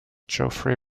geoffrey